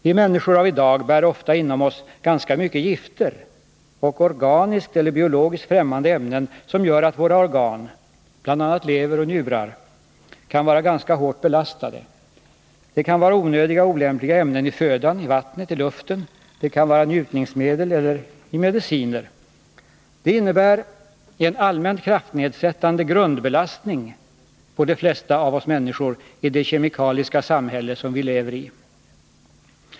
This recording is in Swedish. Vi människor av i dag bär ofta inom oss ganska många gifter och organiskt eller biologiskt främmande ämnen som gör att våra organ — bl.a. lever och njurar — kan bli ganska hårt belastade. Det kan vara onödiga och olämpliga ämnen i födan, i vattnet eller i luften — det kan vara i njutningsmedel eller i mediciner. Det innebär en allmänt kraftnedsättande grundbelastning på de flesta av oss människor i det kemikaliska samhälle som vileveri.